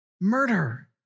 murder